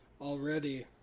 already